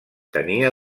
tenia